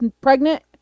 pregnant